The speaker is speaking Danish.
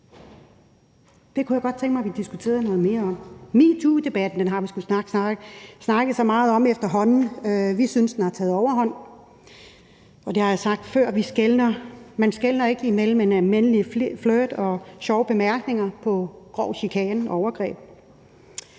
Det kunne jeg godt tænke mig at vi diskuterede noget mere om. Metoodebatten har vi måske snart sagt snakket så meget om efterhånden. Vi synes, den har taget overhånd, og det har jeg sagt før. Man skelner ikke imellem en almindelig flirt og en sjov bemærkning og grov chikane og overgreb.